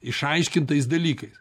išaiškintais dalykais